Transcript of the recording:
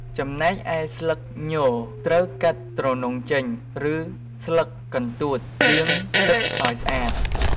ចំណែកឯស្លឹកញ ត្រូវកាត់ទ្រនុងចេញ ឬស្លឹកកន្ទួតលាងទឹកឲ្យស្អាត។